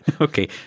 Okay